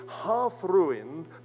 half-ruined